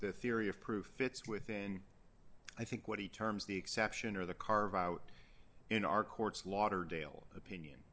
the theory of proof fits within i think what he terms the exception or the carve out in our courts lauderdale opinion